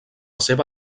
seva